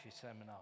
seminar